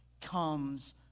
comes